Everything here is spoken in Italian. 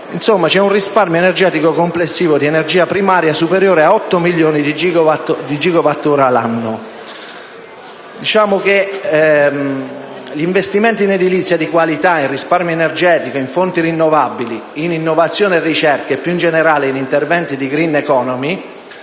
Insomma, c'è un risparmio energetico complessivo di energia primaria superiore a 8 milioni di gigawattora l'anno. Diciamo che gli investimenti in edilizia di qualità, in risparmio energetico, in fonti rinnovabili, in innovazione e ricerca e, più in generale, in interventi di *green* *economy*